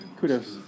Kudos